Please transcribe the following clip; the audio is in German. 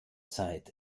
zeit